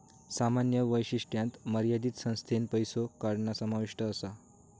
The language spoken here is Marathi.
सामान्य वैशिष्ट्यांत मर्यादित संख्येन पैसो काढणा समाविष्ट असा